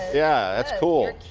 yeah it's cool!